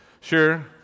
Sure